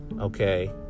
okay